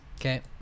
Okay